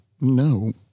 No